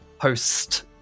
host